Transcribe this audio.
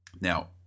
now